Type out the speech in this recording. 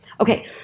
Okay